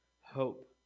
hope